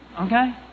Okay